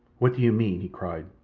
what do you mean, he cried,